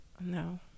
no